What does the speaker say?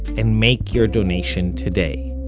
and make your donation today.